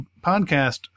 podcast